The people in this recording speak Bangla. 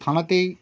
আমাতেই